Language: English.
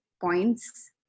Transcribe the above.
points